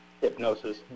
hypnosis